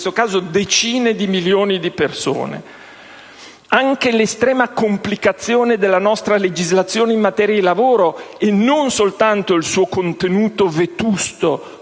in questo caso di decine di milioni di persone. Anche l'estrema complicazione della nostra legislazione in materia di lavoro - e non soltanto il suo contenuto vetusto